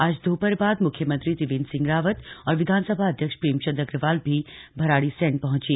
आज दोपहर बाद मुख्यमंत्री त्रिवेन्द्र सिंह रावत और विधानसभा अध्यक्ष प्रेमचन्द अग्रवाल भी भरणीसैंण पहुंचे